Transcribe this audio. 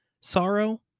sorrow